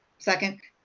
second.